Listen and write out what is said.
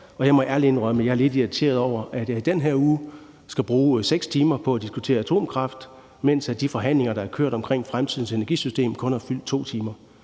jeg er lidt irriteret over, at jeg i den her uge skal bruge 6 timer på at diskutere atomkraft, mens de forhandlinger, der har kørt omkring fremtidens energisystem, kun har fyldt 2 timer.